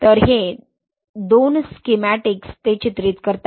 तर हे 2 स्कीमॅटिक्स ते चित्रित करतात